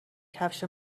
کفش